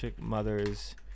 mothers